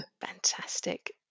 Fantastic